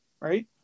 Right